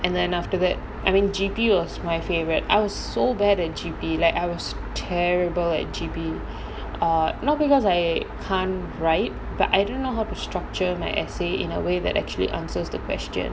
and then after that I mean G_P was my favourite I was so bad at G_P like I was terrible at G_P err not because I can't write but I didn't know how to structure my essay in a way that actually answers the question